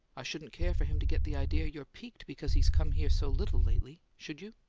i shouldn't care for him to get the idea you're piqued because he's come here so little lately, should you?